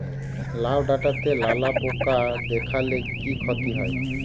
লাউ ডাটাতে লালা পোকা দেখালে কি ক্ষতি হয়?